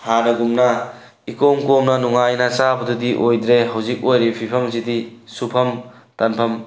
ꯍꯥꯟꯅꯒꯨꯝꯅ ꯏꯀꯣꯝ ꯀꯣꯝꯅ ꯅꯨꯡꯉꯥꯏꯅ ꯆꯥꯕꯗꯨꯗꯤ ꯑꯣꯏꯗ꯭ꯔꯦ ꯍꯧꯖꯤꯛ ꯑꯣꯏꯔꯤ ꯐꯤꯕꯝ ꯁꯤꯗꯤ ꯁꯨꯐꯝ ꯇꯥꯟꯐꯝ